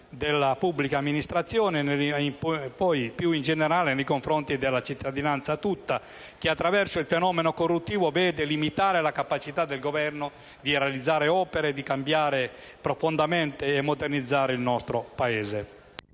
della pubblica amministrazione e, più in generale, della cittadinanza tutta, che attraverso il fenomeno corruttivo vede limitare la capacità del Governo di realizzare opere, di cambiare profondamente e modernizzare il nostro Paese.